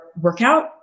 workout